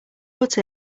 put